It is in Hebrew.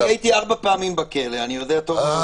אני הייתי ארבע פעמים בכלא, אני יודע טוב מאוד.